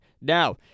Now